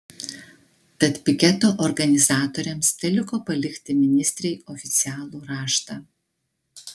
tad piketo organizatoriams teliko palikti ministrei oficialų raštą